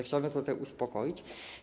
Chciałbym tutaj uspokoić.